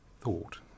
thought